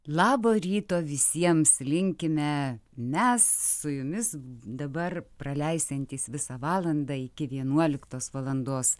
labo ryto visiems linkime mes su jumis dabar praleisiantys visą valandą iki vienuoliktos valandos